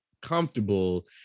comfortable